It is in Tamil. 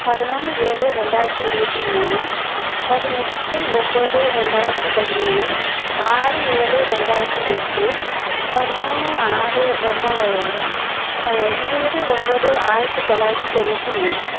பதினொன்று ஏழு ரெண்டாயிரத்தி இருபத்தி மூணு பதினெட்டு ஒம்பது ரெண்டாயிரத்தி பதிமூணு ஆறு ஏழு ரெண்டாயிரத்தி எட்டு பதிமூணு ஆறு ரெண்டாயிரம் இருபது ஒம்பது ஆயிரத்தி தொள்ளாயிரத்தி தொண்ணூற்றி மூணு